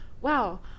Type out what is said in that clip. wow